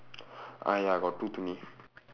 ah ya got two to me